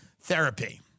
therapy